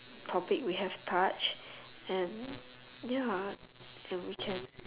topic we have touched and ya and we can